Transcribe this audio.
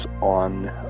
on